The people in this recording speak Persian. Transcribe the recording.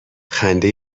خنده